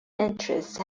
interest